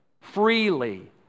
Freely